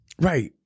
Right